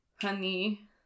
honey